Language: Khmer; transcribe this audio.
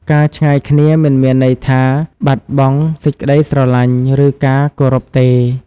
ការឆ្ងាយគ្នាមិនមានន័យថាបាត់បង់សេចក្ដីស្រឡាញ់ ឬការគោរពទេ។